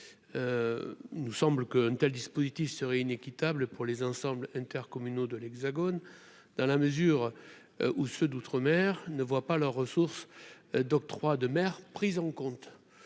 FPIC nous semble que un tel dispositif serait inéquitable pour les ensembles intercommunaux de l'Hexagone, dans la mesure où ceux d'outre-mer ne voient pas leurs ressources d'octroi de mer prise en compte